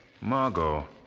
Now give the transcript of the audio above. Margot